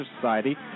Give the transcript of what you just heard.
society